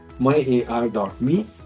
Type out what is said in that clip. myar.me